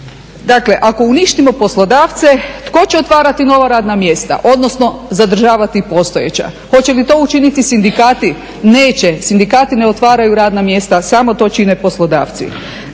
Dakle ako uništimo poslodavce tko će otvarati nova radna mjesta odnosno zadržavati postojeća? Hoće li to učiniti sindikati? Neće, sindikati ne otvaraju radna mjesta samo to čine poslodavci.